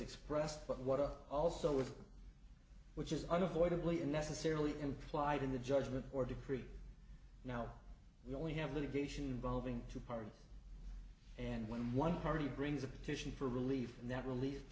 but what i also with which is unavoidably unnecessarily implied in the judgment or degree now we only have litigation involving two parties and when one party brings a petition for relief and that relief